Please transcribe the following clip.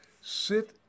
sit